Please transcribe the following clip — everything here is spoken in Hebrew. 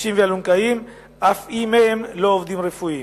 חובשים ואלונקאים, אף אם הם לא עובדים רפואיים.